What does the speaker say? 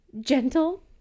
gentle